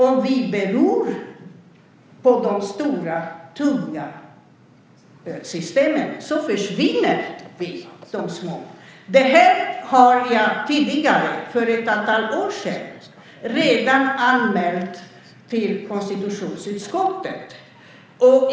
Om det beror på de stora tunga systemen försvinner de små. Det här har jag redan tidigare, för ett antal år sedan, anmält till konstitutionsutskottet.